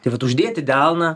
tai vat uždėti delną